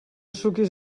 suquis